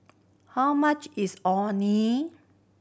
how much is Orh Nee